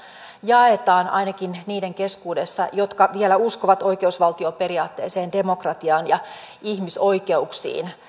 jaetaan ainakin niiden keskuudessa jotka vielä uskovat oikeusvaltioperiaatteeseen demokratiaan ja ihmisoikeuksiin